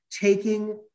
taking